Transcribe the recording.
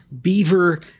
beaver